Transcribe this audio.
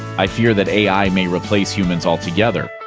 i fear that ai may replace humans altogether.